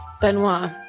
Benoit